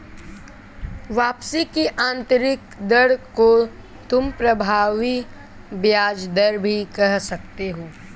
वापसी की आंतरिक दर को तुम प्रभावी ब्याज दर भी कह सकते हो